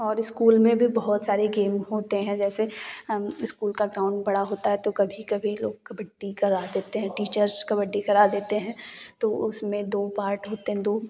और स्कूल में भी बहुत सारे गेम होते हैं जैसे स्कूल का ग्राउंड बड़ा होता है तो कभी कभी लोग कबड्डी करा देते हैं टीचर्स कबड्डी करा देते हैं तो उसमें दो पार्ट होते हैं दो